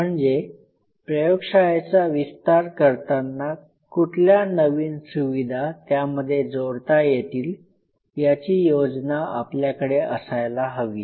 म्हणजे प्रयोगशाळेचा विस्तार करताना कुठल्या नवीन सुविधा त्यामध्ये जोडता येतील याची योजना आपल्याकडे असायला हवी